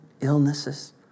illnesses